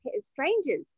strangers